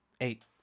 Eight